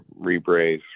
rebrace